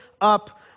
up